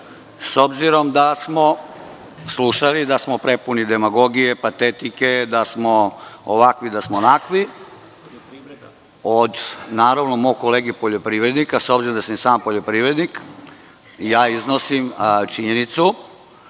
S obzirom da smo slušali, da smo prepuni demagogije, patetike, da smo ovakvi, da smo onakvi, od mog kolege poljoprivrednika. S obzirom da sam i sam poljoprivrednik, ja iznosim činjenicu